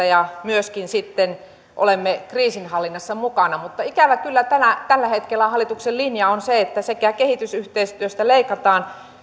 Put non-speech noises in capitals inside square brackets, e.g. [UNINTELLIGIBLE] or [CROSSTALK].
[UNINTELLIGIBLE] ja myöskin sitten olemme kriisinhallinnassa mukana mutta ikävä kyllä tällä hetkellä hallituksen linja on se että leikataan sekä kehitysyhteistyöstä